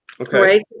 Okay